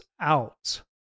out